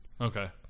Okay